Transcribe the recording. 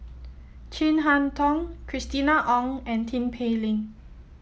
Chin Harn Tong Christina Ong and Tin Pei Ling